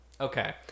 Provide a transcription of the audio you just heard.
Okay